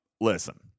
Listen